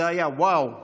זה היה "וואו";